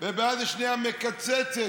וביד השנייה מקצצת,